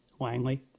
Langley